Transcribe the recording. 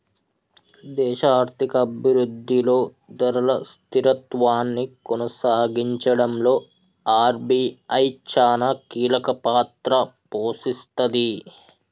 దేశ ఆర్థిక అభిరుద్ధిలో ధరల స్థిరత్వాన్ని కొనసాగించడంలో ఆర్.బి.ఐ చానా కీలకపాత్ర పోషిస్తది